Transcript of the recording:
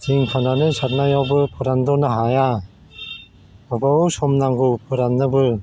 थिं खानानै सारनायावबो फोरान्द'नो हाया गोबाव समनांगौ फोरान्नोबो